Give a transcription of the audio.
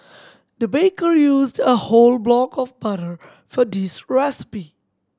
the baker used a whole block of butter for this recipe